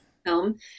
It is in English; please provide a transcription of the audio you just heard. film